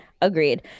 agreed